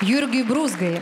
jurgiui brūzgai